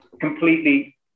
completely